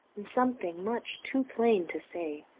and something much too plain to say.